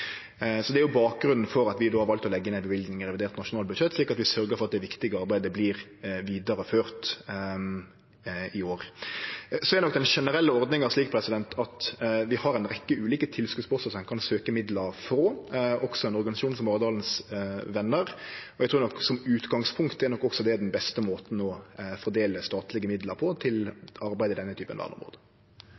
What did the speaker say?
Det er bakgrunnen for at vi har valt å leggje inn ei løyving i revidert nasjonalbudsjett, slik at vi sørgjer for at det viktige arbeidet vert vidareført i år. Den generelle ordninga er slik at vi har ei rekkje ulike tilskotspostar ein kan søkje om midlar frå, også ein organisasjon som Maridalens Venner. Eg trur at som utgangspunkt er nok også det den beste måten å fordele statlege midlar på til arbeidet med denne typen